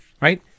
right